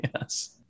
Yes